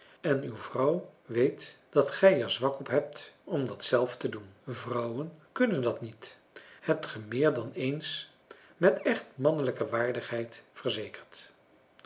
en uw vrouw weet dat gij er zwak op hebt om dat zelf te doen vrouwen kunnen dat niet hebt ge meer dan eens met echt mannelijke waardigheid verzekerd